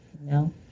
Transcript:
No